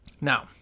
Now